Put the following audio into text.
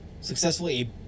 successfully